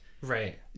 Right